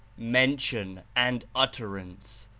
mention and ut terance,